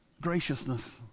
graciousness